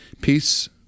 Peace